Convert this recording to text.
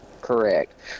Correct